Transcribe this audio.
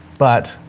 but